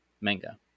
manga